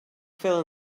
fill